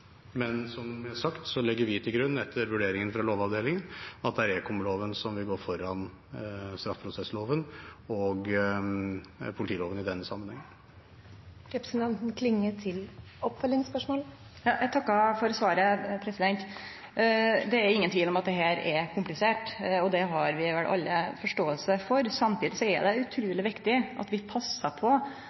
Men som sagt legger vi til grunn, etter vurderingen fra Lovavdelingen, at ekomloven vil gå foran straffeprosessloven og politiloven i denne sammenhengen. Eg takkar for svaret. Det er ingen tvil om at dette er komplisert, og det har vi vel alle forståing for. Samtidig er det utruleg viktig at vi passar på at PST ikkje utviklar ein praksis som er i strid med det som er Stortingets intensjon, og at vi passar på